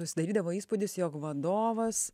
susidarydavo įspūdis jog vadovas